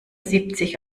siebzig